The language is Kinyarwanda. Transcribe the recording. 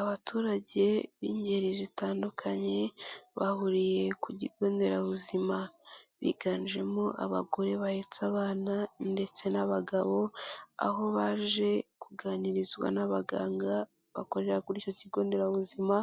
Abaturage b'ingeri zitandukanye bahuriye ku kigo nderabuzima, biganjemo abagore bahetse abana ndetse n'abagabo, aho baje kuganirizwa n'abaganga bakorera ku icyo kigo nderabuzima